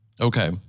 Okay